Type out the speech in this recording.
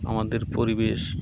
আমাদের পরিবেশ